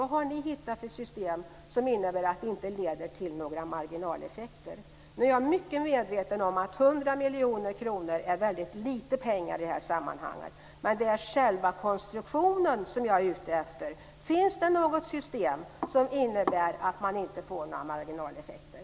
Vad har ni hittat för system som innebär att det inte leder till några marginaleffekter? Nu är jag mycket väl medveten om att 100 miljoner kronor är väldigt lite pengar i det här sammanhanget, men det är själva konstruktionen som jag är ute efter. Finns det något system som innebär att det inte blir några marginaleffekter?